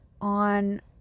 on